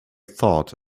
thought